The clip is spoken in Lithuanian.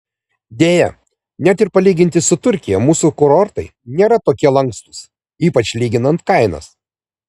deja net ir palyginti su turkija mūsų kurortai nėra tokie lankstūs ypač lyginant kainas